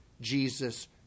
Jesus